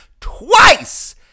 twice